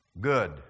good